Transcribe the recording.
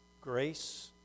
grace